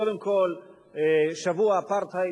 קודם כול, שבוע האפרטהייד.